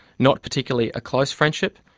not particularly a close friendship,